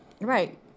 Right